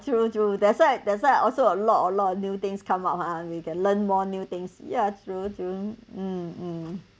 true true that's why that's why also a lot a lot of new things come out hor we can learn more new things ya true true mm